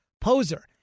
poser